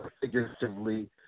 figuratively